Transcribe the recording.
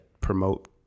promote